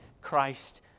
Christ